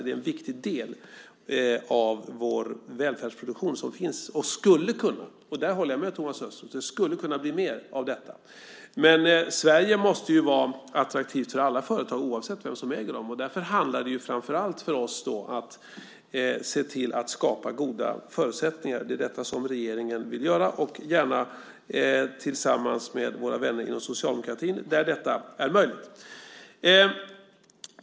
Där finns en viktig del av vår välfärdsproduktion och det skulle - där håller jag med Thomas Östros - kunna bli ännu mer av detta. Men Sverige måste vara attraktivt för alla företag, oavsett vem som äger dem. Därför handlar det för oss framför allt om att skapa goda förutsättningar. Det är det regeringen vill göra, gärna tillsammans med våra vänner inom socialdemokratin där så är möjligt.